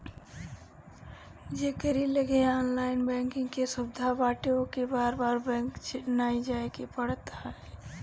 जेकरी लगे online banking के सुविधा बाटे ओके बार बार बैंक नाइ जाए के पड़त हवे